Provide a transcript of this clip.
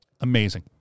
Amazing